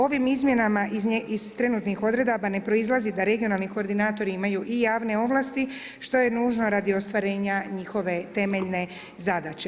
Ovim izmjenama iz trenutnih odredaba ne proizlazi da regionalni koordinatori imaju i javne ovlasti što je nužno radi ostvarenja njihove temeljne zadaće.